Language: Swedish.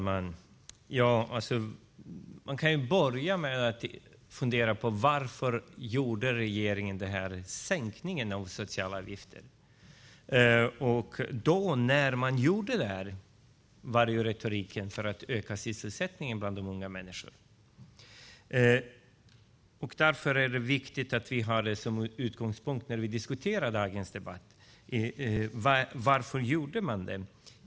Fru talman! Man kan börja med att fundera på: Varför gjorde regeringen den här sänkningen av sociala avgifter? När man gjorde det var retoriken att man ville öka sysselsättningen bland unga människor. Det är viktigt att vi har det som utgångspunkt i denna debatt. Varför genomförde man den?